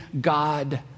God